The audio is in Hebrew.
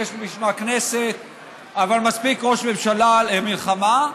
שלישים מהכנסת אבל מספיק ראש ממשלה למלחמה,